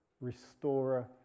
restorer